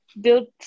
Built